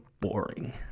boring